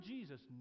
Jesus